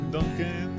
Duncan